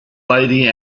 lady